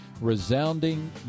resounding